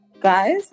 Guys